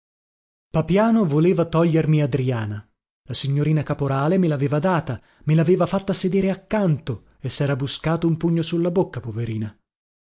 papiano voleva togliermi adriana la signorina caporale me laveva data me laveva fatta sedere accanto e sera buscato un pugno sulla bocca poverina